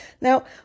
Now